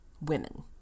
women